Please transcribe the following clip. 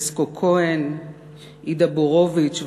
פסקו כהן ואידה בורוביץ,